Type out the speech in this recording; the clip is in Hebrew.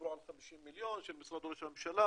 דיברו על 50 מיליון של משרד ראש הממשלה